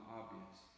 obvious